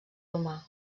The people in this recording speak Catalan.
humà